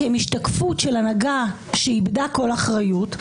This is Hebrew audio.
כי הם השתקפות של הנהגה שאיבדה כל אחריות.